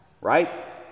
right